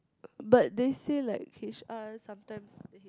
but they said like H_R sometimes he